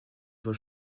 vols